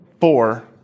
Four